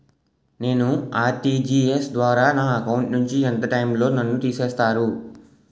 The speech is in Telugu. నేను ఆ.ర్టి.జి.ఎస్ ద్వారా నా అకౌంట్ నుంచి ఎంత టైం లో నన్ను తిసేస్తారు?